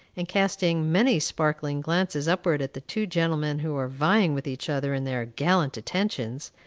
and casting many sparkling glances upward at the two gentlemen who are vying with each other in their gallant attentions,